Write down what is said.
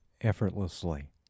effortlessly